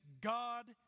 God